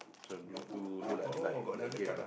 this one do do do like like game